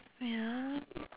wait ah